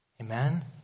Amen